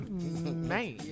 Man